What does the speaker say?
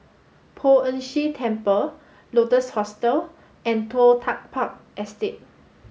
Poh Ern Shih Temple Lotus Hostel and Toh Tuck Park Estate